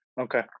Okay